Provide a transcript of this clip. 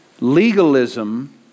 Legalism